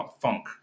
funk